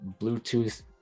Bluetooth